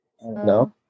no